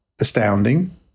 astounding